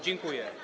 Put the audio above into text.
Dziękuję.